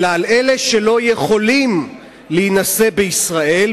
אלא על אלה שלא יכולים להינשא בישראל,